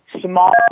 small